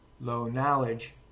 low-knowledge